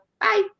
bye